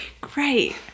great